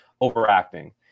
overacting